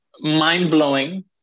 mind-blowing